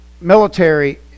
military